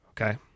okay